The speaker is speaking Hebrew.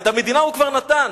את המדינה הוא כבר נתן.